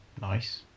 Nice